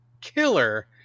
killer